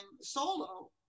solo